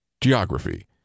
geography